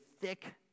thick